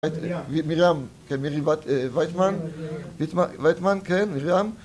מרים, כן מרים, ויטמן, ויטמן, כן, מרים